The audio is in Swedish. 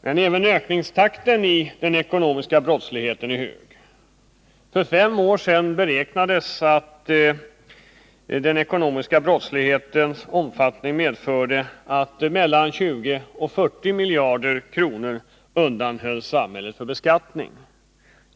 Men även ökningstakten för den ekonomiska brottsligheten är hög. För fem år sedan beräknades den ekonomiska brottsligheten medföra att mellan 20 och 40 miljarder kronor undanhölls samhället för beskattning.